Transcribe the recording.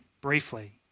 briefly